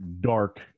dark